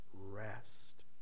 rest